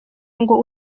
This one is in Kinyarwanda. ngo